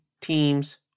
teams